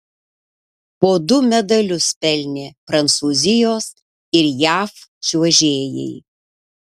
po du medalius pelnė prancūzijos ir jav čiuožėjai